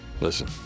listen